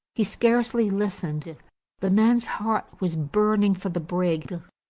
he scarcely listened the man's heart was burning for the brig,